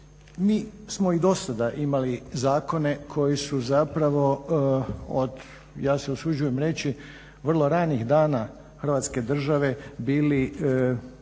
Mi smo i dosada imali zakone koji su zapravo od ja se usuđujem reći vrlo ranih dana Hrvatske države bili